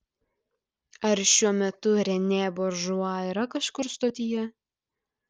ar šiuo metu renė buržua yra kažkur stotyje